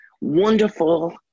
wonderful